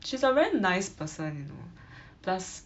she's a very nice person you know plus